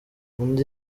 undi